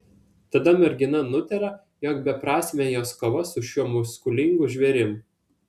tada mergina nutarė jog beprasmė jos kova su šiuo muskulingu žvėrim